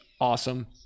awesome